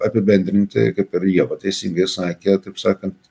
apibendrinti kaip ir ieva teisingai sakė kaip sakant